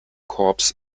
corps